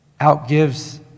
outgives